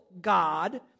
God